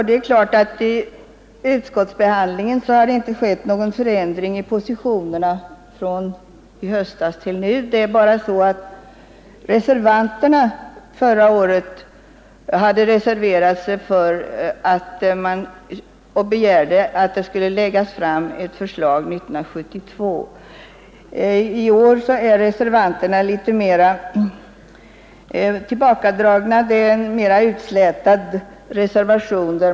Det är klart att det i utskottsbehandlingen inte har skett någon förändring av positionema från i höstas till nu, med undantag av att reservanterna förra året begärde att det skulle läggas fram ett förslag 1972. Årets reservanter är litet mera tillbakadragna och reservationen i år mera utslätad.